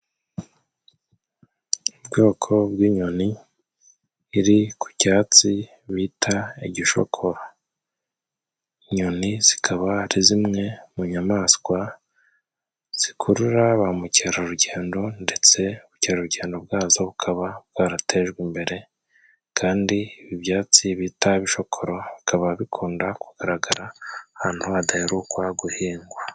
Ubwoko bw'inyoni iri ku cyatsi bita igishokoro. Inyoni zikaba ari zimwe mu nyamaswa zikurura ba mukerarugendo, ndetse ubukerarugendo bwazo bukaba bwaratejwe imbere, kandi ibi byatsi bita ibishokoro bikaba bikunda kugaragara ahantu hadaherukwa guhingwa.